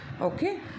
okay